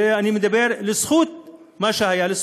את זה אני אומר לזכות מה שהיה, לזכות,